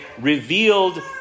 revealed